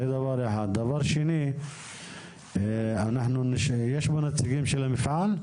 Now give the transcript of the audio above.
זה דבר אחד, דבר שני, יש פה נציגים של המפעל?